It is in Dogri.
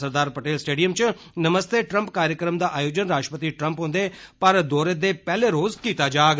सरदार पटेल स्टेडियम च नमस्ते ट्रम्प कार्जक्रम दा आयोजन राष्ट्रपति ट्रम्प हुन्दै भारत दौरे दे पैहले रोज़ किता जाग